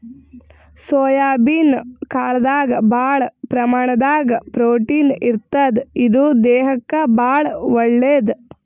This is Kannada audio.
ಸೋಯಾಬೀನ್ ಕಾಳ್ದಾಗ್ ಭಾಳ್ ಪ್ರಮಾಣದಾಗ್ ಪ್ರೊಟೀನ್ ಇರ್ತದ್ ಇದು ದೇಹಕ್ಕಾ ಭಾಳ್ ಒಳ್ಳೇದ್